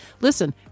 Listen